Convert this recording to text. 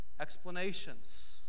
explanations